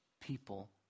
people